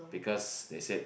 because they said